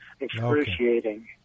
excruciating